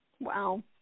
wow